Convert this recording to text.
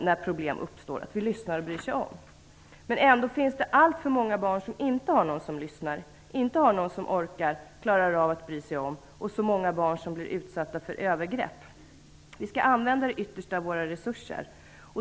när problem uppstår. Vi lyssnar och bryr oss om. Ändå finns det alltför många barn som inte har någon som lyssnar, inte har någon som orkar, som klarar av att bry sig om. Och många barn blir utsatta för övergrepp. Vi skall använda det yttersta av våra resurser.